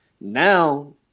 now